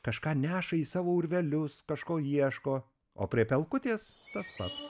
kažką neša į savo urvelius kažko ieško o prie pelkutės tas pats